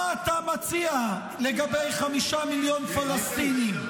מה אתה מציע לגבי חמישה מיליון פלסטינים.